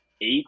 eight